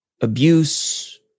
abuse